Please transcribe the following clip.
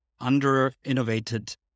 under-innovated